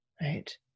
right